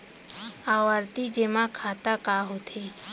आवर्ती जेमा खाता का होथे?